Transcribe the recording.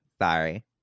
Sorry